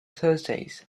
thursdays